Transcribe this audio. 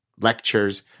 lectures